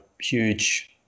huge